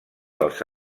dels